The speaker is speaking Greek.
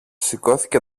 σηκώθηκε